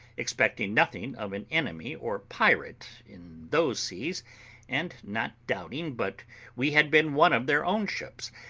expecting nothing of an enemy or a pirate in those seas and, not doubting but we had been one of their own ships,